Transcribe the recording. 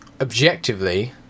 objectively